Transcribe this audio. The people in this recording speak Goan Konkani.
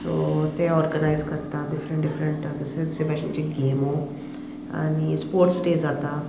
सो ते ऑर्गनायज करता डिफरंट डिफरंट दुसरे दुसरे भाशेन गेमो आनी स्पोर्टस डे जाता